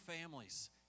families